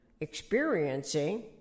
Experiencing